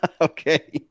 Okay